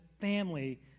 family